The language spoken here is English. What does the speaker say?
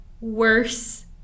worse